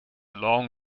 long